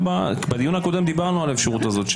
בדיון הקודם דיברנו על האפשרות הזאת.